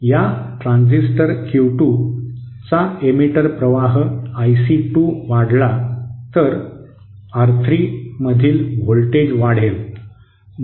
या transistor Q2 चा emitter प्रवाह IC2 वाढला तर R3 मधील व्होल्टेज वाढेल